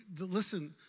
listen